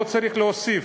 לא צריך להוסיף,